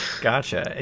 gotcha